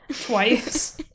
twice